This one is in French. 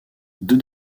deux